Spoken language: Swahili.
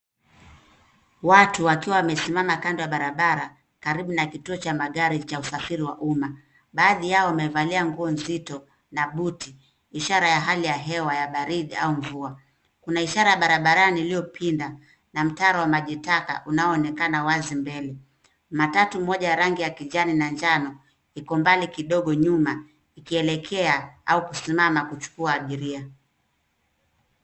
Watu wakiwa wamesimama kando ya barabara, karibu na kituo cha magari cha usafiri wa umma. Baadhi yao wamevalia nguo nzito na buti, ishara ya hali ya hewa ya baridi au mvua. Kuna ishara ya barabarani iliyopinda, na mtaro wa maji taka unaoonekana wazi mbele. Matatu moja ya rangi ya kijani na njano iko mbali kidogo nyuma, ikielekea au kusimama kuchukua abiria.